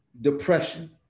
depression